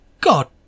God